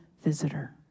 visitor